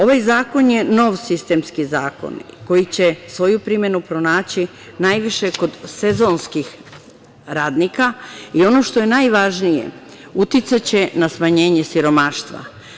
Ovaj zakon je nov sistemski zakon, koji će svoju primenu pronaći najviše kod sezonskih radnika i ono što je najvažnije, uticaće na smanjenje siromaštva.